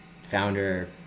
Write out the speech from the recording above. founder